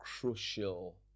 crucial